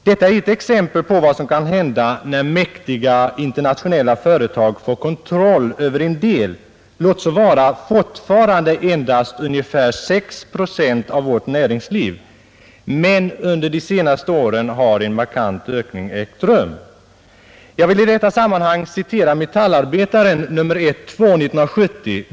Detta är ett exempel på vad som kan hända när mäktiga internationella företag får kontroll över en del — låt vara fortfarande endast ungefär 6 procent — av vårt näringsliv. Men under de senaste åren har en markant ökning ägt rum. Jag vill i detta sammanhang citera Metallarbetaren nr 1-2 år 1970.